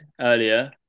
earlier